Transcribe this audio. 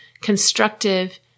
constructive